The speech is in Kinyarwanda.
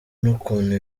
n’ukuntu